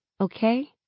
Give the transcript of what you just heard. Okay